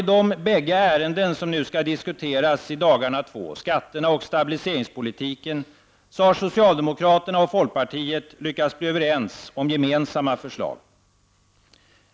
I de bägge ärenden som nu skall diskuteras i dagarna två, skatterna och stabiliseringspolitiken, har socialdemokraterna och folkpartiet lyckats bli överens om gemensamma förslag.